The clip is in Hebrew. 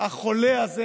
החולה הזה,